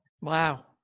Wow